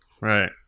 right